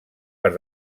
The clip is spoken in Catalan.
per